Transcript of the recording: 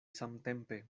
samtempe